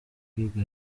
kwiga